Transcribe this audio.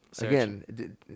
Again